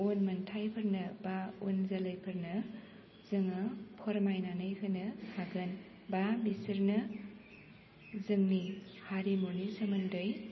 उनमोन्थाइफोरनो बा उन जोलैफोरनो जोङो फोरमायनानै होनो हागोन बा बिसोरनो जोंनि हारिमुनि सोमोन्दै